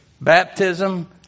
baptism